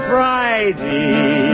Friday